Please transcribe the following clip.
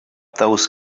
those